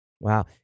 Wow